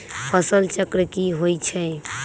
फसल चक्र की होई छै?